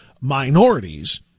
minorities